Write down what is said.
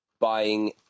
buying